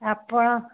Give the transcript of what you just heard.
ଆପଣ